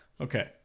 Okay